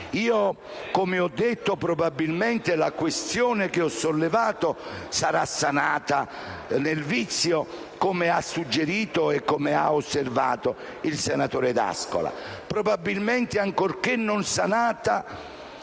Come ho detto, probabilmente la questione che ho sollevato sarà sanata nel vizio come ha suggerito e come ha osservato il senatore D'Ascola. Probabilmente, ancorché il vizio